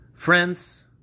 Friends